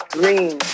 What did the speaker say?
green